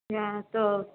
یہاں تو